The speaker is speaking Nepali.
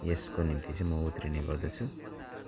यसको निम्ति चाहिँ म उत्रिने गर्दछु